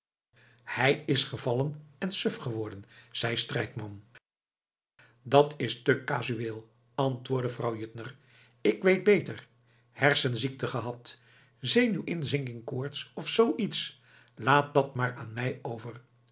hij is gevallen en suf geworden zei strijkman dat is te casuweel antwoordde vrouw juttner ik weet beter hersenziekte gehad zenuwzinkingkoorts of zoo iets laat dat maar aan mij over